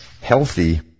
healthy